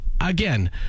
again